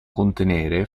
contenere